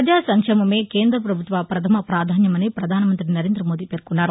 ప్రపజా సంక్షేమమే కేంద ప్రభుత్వ ప్రపథమ ప్రాధాన్యమని ప్రధానమంత్తి నరేంద మోదీ పేర్కొన్నారు